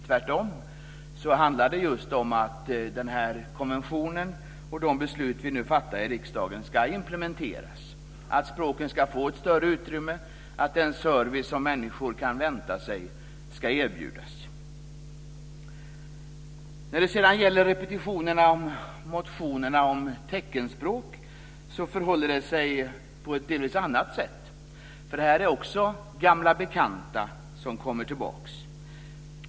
Tvärtom handlar det i flera fall just om att konventionen och de beslut vi nu fattar i riksdagen ska implementeras, att språken ska få ett större utrymme och att den service som människor kan vänta sig ska erbjudas. När det sedan gäller repetitionen av motionerna om teckenspråk förhåller det sig på ett delvis annat sätt. Det här är också gamla bekanta som kommer tillbaka.